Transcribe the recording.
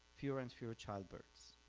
fewer and fewer child births.